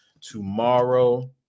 tomorrow